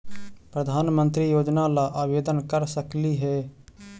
प्रधानमंत्री योजना ला आवेदन कर सकली हे?